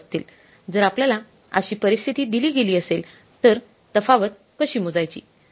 जर आपल्याला अशी परिस्थिती दिली गेली असेल तर तफावत कशी मोजायची